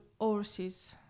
overseas